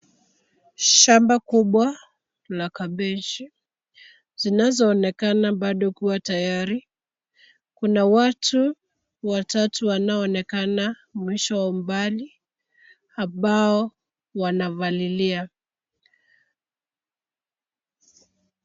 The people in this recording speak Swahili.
Shamba kubwa la kabeji zinazooneka bado kuwa tayari. Kuna watu watatu wanaoonekana mwisho kwa umbali, ambao wanapalilia.